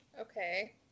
okay